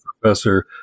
professor